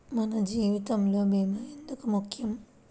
మన జీవితములో భీమా ఎందుకు ముఖ్యం?